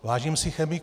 Vážím si chemiků.